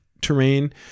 terrain